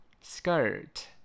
Skirt